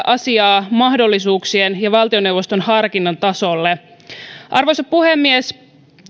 asiaa pidä jättää mahdollisuuksien ja valtioneuvoston harkinnan tasolle arvoisa puhemies